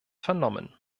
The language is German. vernommen